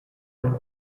und